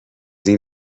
این